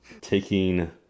Taking